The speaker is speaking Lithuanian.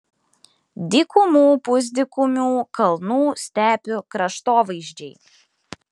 dykumų pusdykumių kalnų stepių kraštovaizdžiai